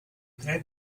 tre